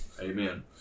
Amen